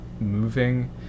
moving